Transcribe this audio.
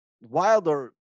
Wilder